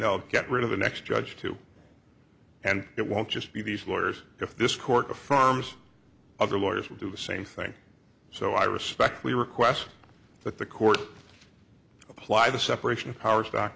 they'll get rid of the next judge too and it won't just be these lawyers if this court affirms other lawyers will do the same thing so i respectfully request that the court apply the separation of powers